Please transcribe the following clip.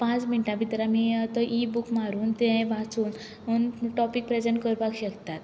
पांच मिनटां भितर आमी तो इ बूक मारून तें वाचून टोपीक प्रेजेंट करपाक शकतात